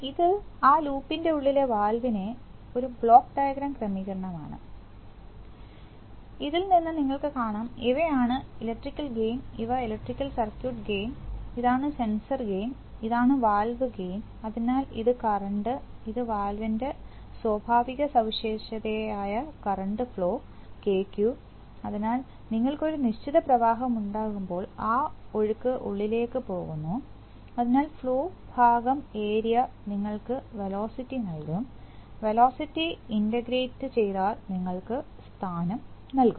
ഇത് ആ ലൂപ്പിന്റെ ഉള്ളിലെ വാൽവിൻറെ ഒരു ബ്ലോക്ക് ഡയഗ്രം ക്രമീകരണമാണ് ഇതിൽ നിന്നും നിങ്ങൾക്ക് കാണാം ഇവയാണ് ഇലക്ട്രിക്കൽ ഗെയിൻ ഇവ ഇലക്ട്രിക്കൽ സർക്യൂട്ട് ഗെയിൻ ഇതാണ് സെൻസർ ഗെയിൻ ഇതാണ് വാൽവ് ഗെയിൻ അതിനാൽ ഇത് കറണ്ട് ഇത് വാൽവിന്റെ സ്വഭാവ സവിശേഷതയായ കറണ്ട് ഫ്ലോ KQ അതിനാൽ നിങ്ങൾക്ക് ഒരു നിശ്ചിത പ്രവാഹം ഉണ്ടാകുമ്പോൾ ആ ഒഴുക്ക് ഉള്ളിലേക്ക് പോകുന്നു അതിനാൽ ഫ്ലോ ഭാഗം ഏരിയ നിങ്ങൾക്ക് വെലോസിറ്റി നൽകും വെലോസിറ്റി ഇൻറ്റഗ്രേറ്റ് ചെയ്താൽ നിങ്ങൾക്ക് സ്ഥാനം നൽകും